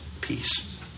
peace